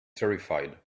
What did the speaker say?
terrified